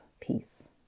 peace